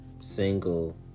single